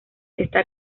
está